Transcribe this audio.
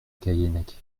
callennec